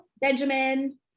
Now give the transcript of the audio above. Benjamin